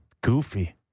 goofy